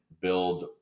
build